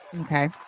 Okay